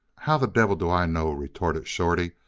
how the devil do i know? retorted shorty,